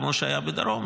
כמו שהיה בדרום,